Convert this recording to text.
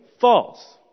False